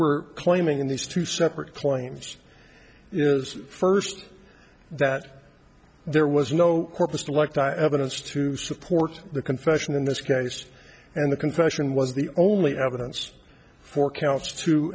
we're claiming in these two separate claims is first that there was no purpose like evidence to support the confession in this case and the confession was the only evidence for counts two